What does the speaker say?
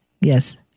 Yes